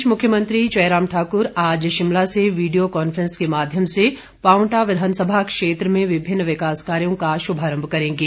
इस बीच मुख्यमंत्री जयराम ठाकुर आज शिमला में वीडियो कांफ्रेंस के माध्यम से पांवटा विधानसभा क्षेत्र में विभिन्न विकास कार्यों का शुभारंभ करेंगे